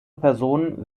personen